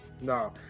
No